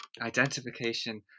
identification